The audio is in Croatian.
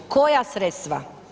Koja sredstva?